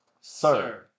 sir